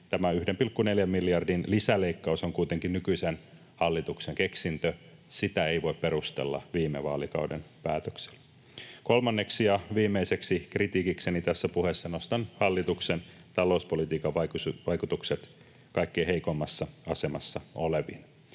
tämä 1,4 miljardin lisäleikkaus on kuitenkin nykyisen hallituksen keksintö. Sitä ei voi perustella viime vaalikauden päätöksillä. Kolmanneksi ja viimeiseksi kritiikikseni tässä puheessa nostan hallituksen talouspolitiikan vaikutukset kaikkein heikoimmassa asemassa oleviin.